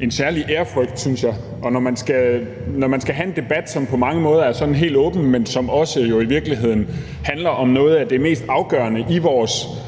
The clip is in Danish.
en særlig ærefrygt, synes jeg, og når man skal have en debat, som på mange måder er sådan helt åben, men som jo i virkeligheden også handler om noget af det mest afgørende i vores